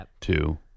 Two